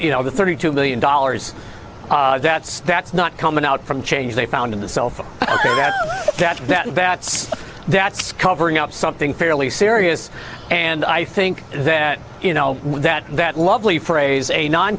you know the thirty two million dollars that's that's not coming out from change they found in the cell phone that that's covering up something fairly serious and i think that you know that that lovely phrase a non